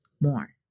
more